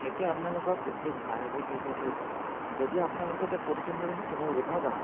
এতিয়া আপোনালোকৰ প্ৰত্যেক ঠাইৰ ওপৰত নিৰ্ভৰ কৰিব যদি আপোনালোকে এয়া ক'ত উঠিম বুলি কৈছে চিমলুগুৰিত নহয় জানো